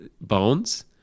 bones